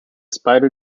spider